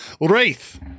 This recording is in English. Wraith